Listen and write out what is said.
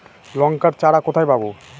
লঙ্কার চারা কোথায় পাবো?